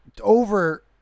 over